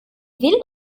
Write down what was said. will